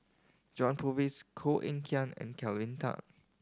John Purvis Koh Eng Kian and Kelvin Tan